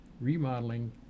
remodeling